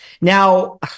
now